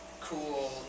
cool